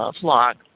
flock